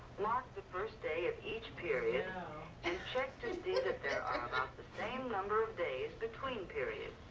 mark the first day of each period and check to see that there are about the same number of days between periods.